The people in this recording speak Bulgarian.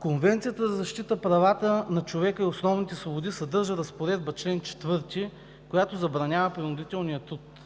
„Конвенцията за защита правата на човека и основните свободи съдържа разпоредба – чл. 4, която забранява принудителния труд.